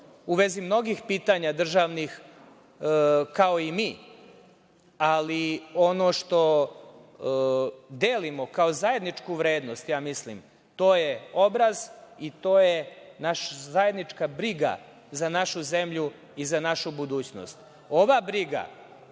u vezi mnogih pitanja državnih kao mi, ali ono što delimo kao zajedničku vrednost, ja mislim, to je obraz i to je naša zajednička briga za našu zemlju i za našu budućnost. Ova briga